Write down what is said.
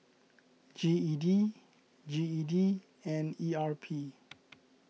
G E D G E D and E R P